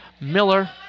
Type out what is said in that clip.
Miller